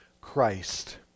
Christ